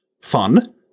fun